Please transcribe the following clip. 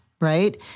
right